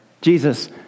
Jesus